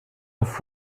off